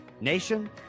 Nation